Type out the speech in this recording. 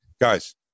guys